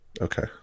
Okay